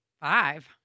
Five